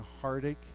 heartache